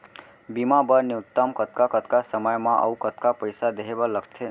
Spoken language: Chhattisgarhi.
बीमा बर न्यूनतम कतका कतका समय मा अऊ कतका पइसा देहे बर लगथे